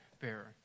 bearer